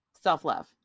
self-love